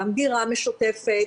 גם דירה משותפת,